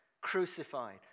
crucified